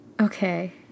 okay